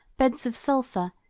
beds of sulphur,